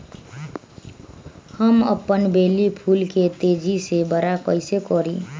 हम अपन बेली फुल के तेज़ी से बरा कईसे करी?